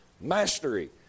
mastery